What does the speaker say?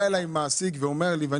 אני